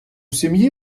сім’ї